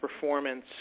performance